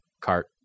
cart